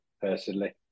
personally